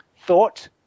thought